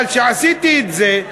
אבל כשעשיתי את זה,